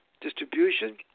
distribution